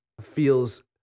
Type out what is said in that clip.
feels